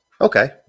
Okay